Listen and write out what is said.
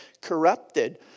corrupted